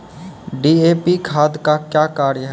DAP खाद का क्या कार्य हैं?